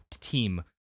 team